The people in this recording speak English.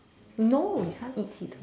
no you can't eat sea turtles